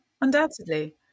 undoubtedly